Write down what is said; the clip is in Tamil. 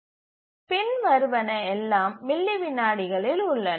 பின் வருவன எல்லாம் மில்லி விநாடிகளில் உள்ளன